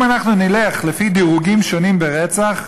אם אנחנו נלך לפי דירוגים שונים ברצח,